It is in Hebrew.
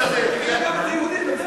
אבל אין לך את האומץ לומר דבר כזה.